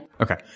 Okay